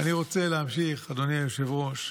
ואני רוצה להמשיך, אדוני היושב-ראש,